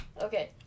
Okay